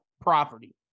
property